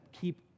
keep